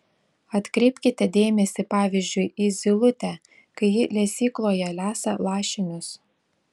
atkreipkite dėmesį pavyzdžiui į zylutę kai ji lesykloje lesa lašinius